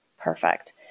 Perfect